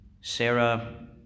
Sarah